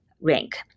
rank